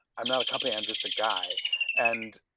i'm not a company. i'm just a guy and